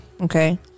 Okay